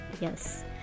Yes